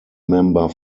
member